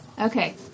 Okay